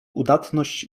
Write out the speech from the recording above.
udatność